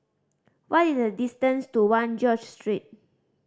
what is the distance to One George Street